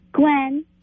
Gwen